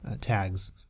tags